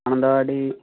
Mananthavady